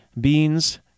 beans